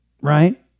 right